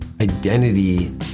identity